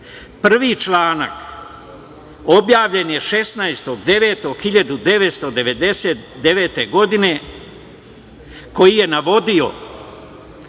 Prvi članak objavljen je 16.9.1999. godine koji je navodio